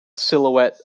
silhouette